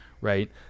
right